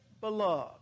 beloved